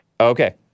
Okay